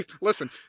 listen